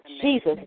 Jesus